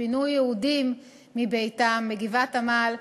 שפינו יהודים מבתיהם בגבעת-עמל,